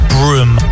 Broom